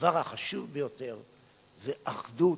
הדבר החשוב ביותר זה אחדות,